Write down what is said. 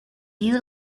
you